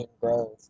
Grove